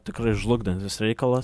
tikrai žlugdantis reikalas